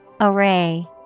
Array